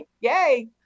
Yay